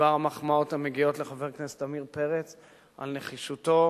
בדבר המחמאות המגיעות לחבר הכנסת עמיר פרץ על נחישותו